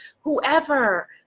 whoever